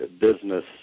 business